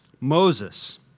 Moses